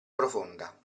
profonda